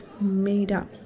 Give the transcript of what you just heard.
made-up